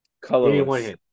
Colorless